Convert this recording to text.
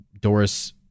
Doris